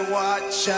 watch